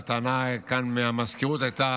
והטענה מהמזכירות הייתה